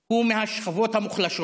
הוא מהשכבות המוחלשות,